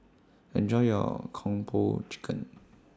Enjoy your Kung Po Chicken